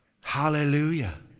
Hallelujah